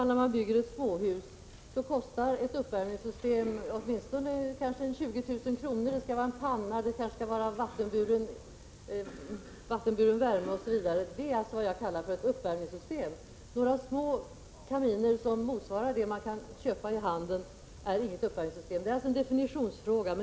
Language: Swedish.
När man bygger ett småhus kostar ett uppvärmningssystem i vanliga fall åtminstone 20 000 kr. Det skall vara en panna. Det kanske skall vara vattenburen värme osv. Det är vad jag kallar ett uppvärmningssystem. Några små kaminer som motsvarar vad man kan köpa i handeln är inget uppvärmningssystem. Det är alltså en definitionsfråga.